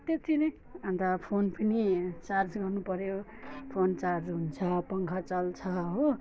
त्यति नै अन्त फोन पनि चार्ज गर्नुपऱ्यो फोन चार्ज हुन्छ पङ्खा चल्छ हो